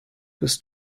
bis